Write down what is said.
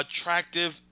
attractive